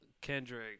Kendrick